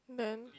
then